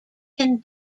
can